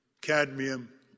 cadmium